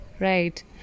right